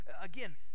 Again